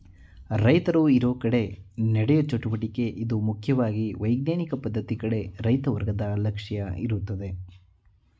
ರೈತರು ಇರೋಕಡೆ ನಡೆಯೋ ಚಟುವಟಿಕೆ ಇದು ಮುಖ್ಯವಾಗಿ ವೈಜ್ಞಾನಿಕ ಪದ್ಧತಿ ಕಡೆ ರೈತ ವರ್ಗದ ಲಕ್ಷ್ಯ ಇರುತ್ತೆ